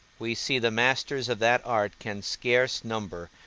we see the masters of that art can scarce number,